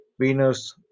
Venus